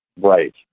right